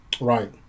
Right